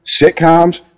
sitcoms